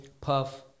Puff